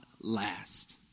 last